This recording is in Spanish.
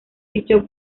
fichó